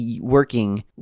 working